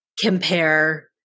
compare